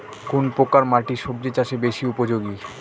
কোন প্রকার মাটি সবজি চাষে বেশি উপযোগী?